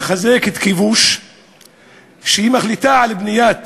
מחזקת כיבוש כשהיא מחליטה על בניית